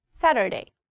Saturday